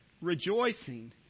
rejoicing